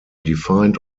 defined